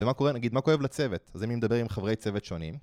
ומה קורה, נגיד, מה כואב לצוות? אז אני מדבר עם חברי צוות שונים.